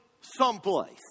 someplace